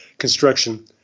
construction